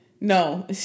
No